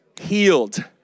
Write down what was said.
Healed